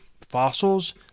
fossils